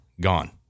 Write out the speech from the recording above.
gone